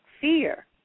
fear